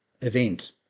event